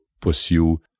pursue